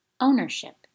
Ownership